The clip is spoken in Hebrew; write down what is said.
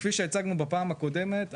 כפי שהצגנו בפעם הקודמת,